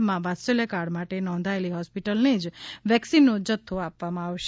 માં વાત્સલ્ય કાર્ડ માંટે નોંધાયેલી હોસ્પિટલને જ વેકસીનનો જથ્થો આપવામાં આવશે